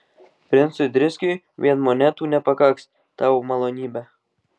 princui driskiui vien monetų nepakaks tavo malonybe